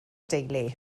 deulu